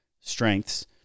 strengths